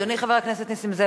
אדוני חבר הכנסת נסים זאב,